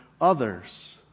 others